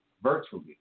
Virtually